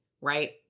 right